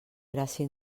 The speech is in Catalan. gràcia